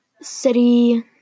city